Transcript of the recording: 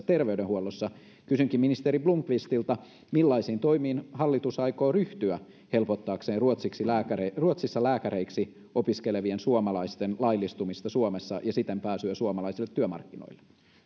terveydenhuollossa kysynkin ministeri blomqvistilta millaisiin toimiin hallitus aikoo ryhtyä helpottaakseen ruotsissa lääkäreiksi opiskelevien suomalaisten laillistumista suomessa ja siten pääsyä suomalaisille työmarkkinoille